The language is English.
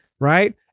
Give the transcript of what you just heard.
Right